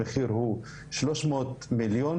המחיר הוא פחות או יותר 300 מיליון,